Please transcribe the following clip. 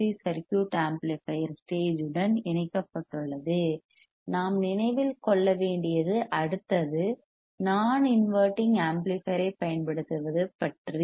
C RC circuit amplifier stage உடன் இணைக்கப்பட்டுள்ளது நாம் நினைவில் கொள்ள வேண்டியது அடுத்தது நான் இன்வெர்ட்டிங் ஆம்ப்ளிபையர் ஐப் பயன்படுத்துவது பற்றி